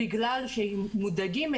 או שהם עשו את זה בגלל שהם מודאגים מזה